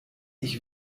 ich